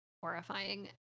horrifying